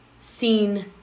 seen